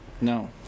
No